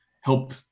help